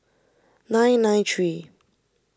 nine nine three